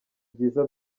byiza